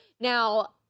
Now